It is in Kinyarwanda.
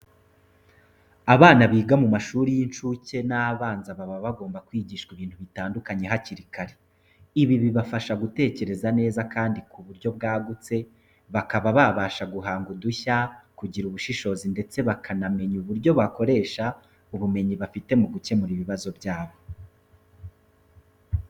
Abana biga mu mashuri y'incuke n'abanza baba bagomba kwigishwa ibintu bitandukanye hakiri kare. Ibi bibafasha gutekereza neza kandi ku buryo bwagutse, bakaba babasha guhanga udushya, kugira ubushishozi ndetse bakanamenya uburyo bakoresha ubumenyi bafite mu gukemura ibibazo byabo.